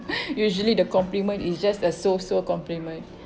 usually the compliment is just a so-so compliment